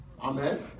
Amen